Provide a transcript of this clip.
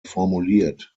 formuliert